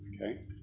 okay